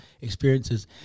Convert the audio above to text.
experiences